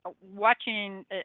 watching